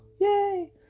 Yay